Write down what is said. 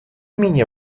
менее